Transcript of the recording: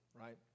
Right